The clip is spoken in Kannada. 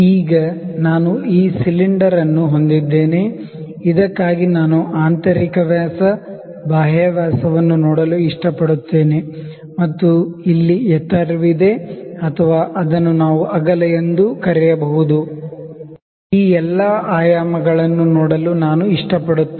ಈಗ ನಾನು ಈ ಸಿಲಿಂಡರ್ ಅನ್ನು ಹೊಂದಿದ್ದೇನೆ ಇದಕ್ಕಾಗಿ ನಾನು ಆಂತರಿಕ ವ್ಯಾಸ ಬಾಹ್ಯ ವ್ಯಾಸವನ್ನುನೋಡಲು ಇಷ್ಟಪಡುತ್ತೇನೆ ಮತ್ತು ಇಲ್ಲಿ ಎತ್ತರ ವಿದೆ ಅಥವಾ ಅದನ್ನು ನಾವು ಅಗಲ ಎಂದು ಕರೆಯಬಹುದು ಈ ಎಲ್ಲ ಆಯಾಮಗಳನ್ನು ನೋಡಲು ನಾನು ಇಷ್ಟಪಡುತ್ತೇನೆ